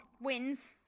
wins